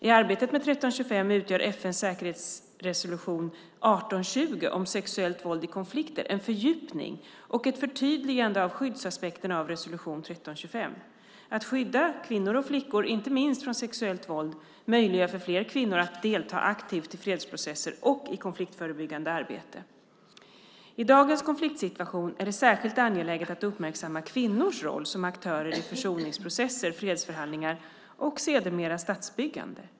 I arbetet med 1325 utgör FN:s säkerhetsresolution 1820 om sexuellt våld i konflikt en fördjupning och ett förtydligande av skyddsaspekten av resolution 1325. Att skydda kvinnor och flickor, inte minst från sexuellt våld, möjliggör för fler kvinnor att delta aktivt i fredsprocesser och i konfliktförebyggande arbete. I dagens konfliktsituation är det särskilt angeläget att uppmärksamma kvinnors roll som aktörer i försoningsprocesser, fredsförhandlingar och sedermera statsbyggande.